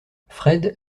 fred